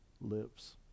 lives